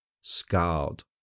Scarred